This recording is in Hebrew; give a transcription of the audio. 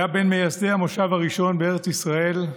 והיה בין מייסדי המושב הראשון בארץ ישראל,